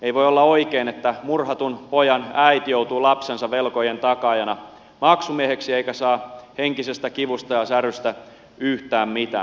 ei voi olla oikein että murhatun pojan äiti joutuu lapsensa velkojen takaajana maksumieheksi eikä saa henkisestä kivusta ja särystä yhtään mitään